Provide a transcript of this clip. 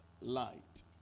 light